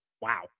wow